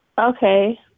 Okay